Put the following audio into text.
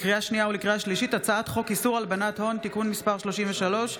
לקריאה שנייה ולקריאה שלישית: הצעת חוק איסור הלבנת הון (תיקון מס' 33),